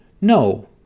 No